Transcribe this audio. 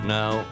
now